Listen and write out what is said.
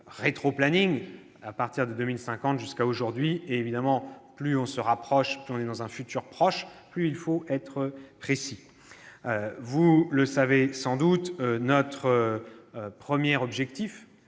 rétroplanning à partir de 2050 jusqu'à aujourd'hui. Évidemment, plus on se rapproche, plus on est dans un futur proche, plus il faut être précis. Vous n'êtes pas sans savoir que notre premier objectif,